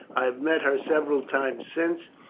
i have met her several times since.